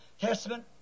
Testament